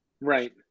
Right